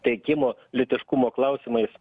teikimo lytiškumo klausimais